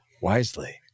wisely